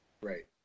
Right